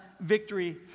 victory